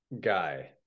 guy